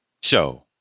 Show